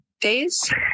days